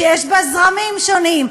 שיש בה זרמים שונים,